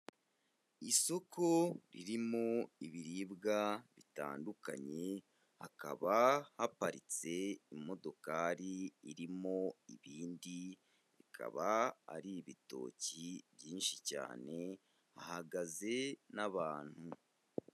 Isoko ririmo ibiribwa bitandukanye, hakaba haparitse imodokari irimo ibindi bikaba ari ibitoki byinshi cyane hahagaze n'abantu.